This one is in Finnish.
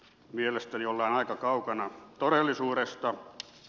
mielestäni ollaan aika kaukana todellisuudesta